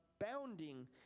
abounding